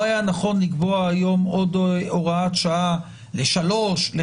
לא היה נכון לקבוע היום עוד הוראת שעה לשלוש שנים,